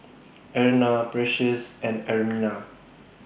Erna Precious and Ermina